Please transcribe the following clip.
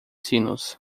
sinos